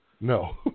No